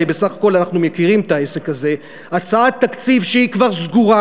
הרי בסך הכול אנחנו מכירים את העסק הזה: הצעת תקציב שהיא כבר סגורה,